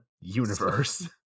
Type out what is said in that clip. universe